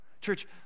church